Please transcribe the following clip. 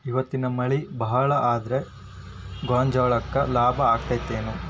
ಇವತ್ತಿನ ಮಳಿ ಭಾಳ ಆದರ ಗೊಂಜಾಳಕ್ಕ ಲಾಭ ಆಕ್ಕೆತಿ ಏನ್?